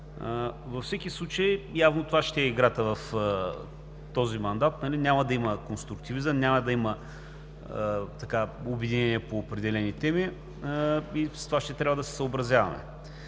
Във всеки случай, явно, това ще е играта в този мандат. Няма да има конструктивизъм, няма да има обединение по определени теми и с това ще трябва да се съобразяваме.